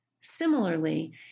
Similarly